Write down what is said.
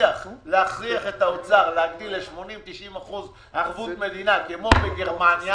תצליח להכריח את האוצר להגדיל ל-80% או 90% ערבות מדינה כמו גרמניה,